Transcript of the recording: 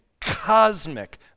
cosmic